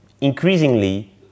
Increasingly